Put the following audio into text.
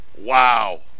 Wow